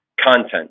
content